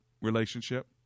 relationship